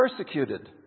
persecuted